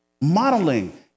modeling